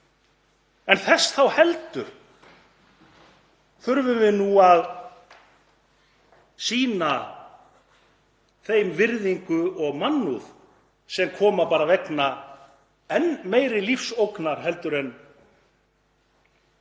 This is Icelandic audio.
Þess þá heldur þurfum við nú að sýna þeim virðingu og mannúð sem koma bara vegna enn meiri lífsógnar heldur en